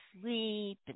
sleep